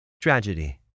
Tragedy